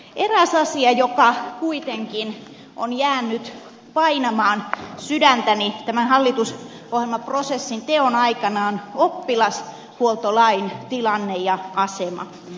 eräs asia joka kuitenkin on jäänyt painamaan sydäntäni tämän hallitusohjelmaprosessin teon aikana on oppilashuoltolain tilanne ja asema